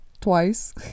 Twice